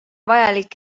vajalik